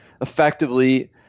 effectively